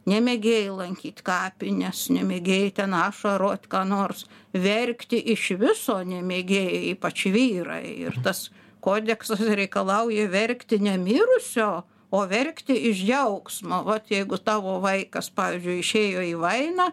ne mėgėjai lankyt kapines ne mėgėjai ten ašarot ką nors verkti iš viso nemėgėjai ypač vyrai ir tas kodeksas reikalauja verkti ne mirusio o verkti iš džiaugsmo vat jeigu tavo vaikas pavyzdžiui išėjo į vainą